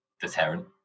deterrent